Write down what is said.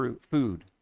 food